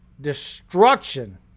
destruction